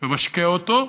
ומשקה אותו,